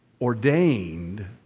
ordained